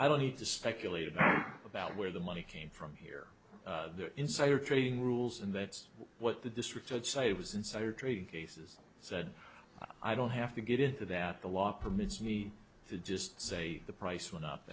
i don't need to speculate about where the money came from here the insider trading rules and that's what the district judge cited was insider trading cases said i don't have to get it that the law permits me to just say the price went up